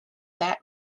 that